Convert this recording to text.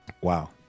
wow